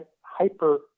hyper